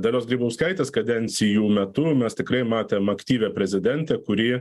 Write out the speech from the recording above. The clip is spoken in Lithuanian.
dalios grybauskaitės kadencijų metu mes tikrai matėm aktyvią prezidentę kuri